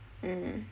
mm